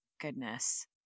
goodness